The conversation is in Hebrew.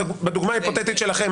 בדוגמה ההיפותטית שלכם,